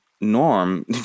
norm